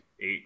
eight